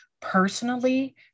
personally